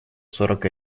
сорок